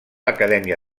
acadèmia